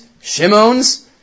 Shimon's